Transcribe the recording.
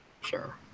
Sure